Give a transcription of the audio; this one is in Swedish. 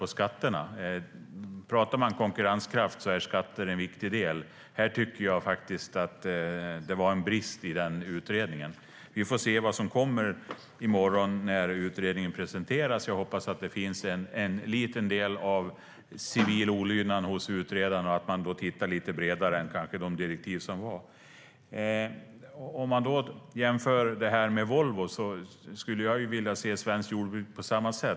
När man pratar om konkurrenskraft är skatter en viktig del. Det var en brist i utredningen. Vi får se vad som kommer fram i morgon när utredningen presenteras. Jag hoppas att det finns en liten del civil olydnad hos utredaren och att man har tittat lite bredare än vad direktiven har angett. Låt oss göra en jämförelse med Volvo. Jag skulle vilja se på svenskt jordbruk på samma sätt.